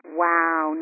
wow